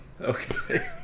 Okay